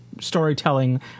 storytelling